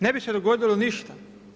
Ne bi se dogodilo ništa.